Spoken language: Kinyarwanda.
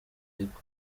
ariko